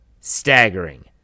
staggering